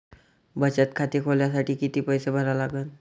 बचत खाते खोलासाठी किती पैसे भरा लागन?